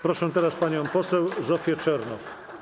Proszę teraz panią poseł Zofię Czernow.